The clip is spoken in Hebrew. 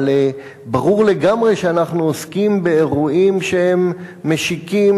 אבל ברור לגמרי שאנחנו עוסקים באירועים שהם משיקים,